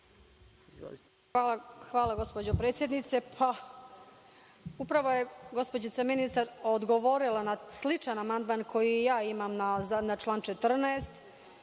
Hvala, gospođo predsednice. Upravo je gospođica ministar odgovorila na sličan amandman koji ja imam na član 14,